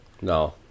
No